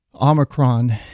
Omicron